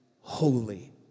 holy